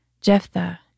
Jephthah